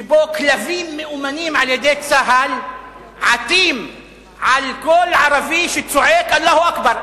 שבו כלבים מאומנים על-ידי צה"ל עטים על כל ערבי שצועק "אללהו אכבר".